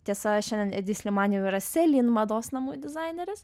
tiesa šiandien edi sliman jau yra selin mados namų dizaineris